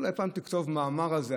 אולי פעם תכתוב מאמר על זה,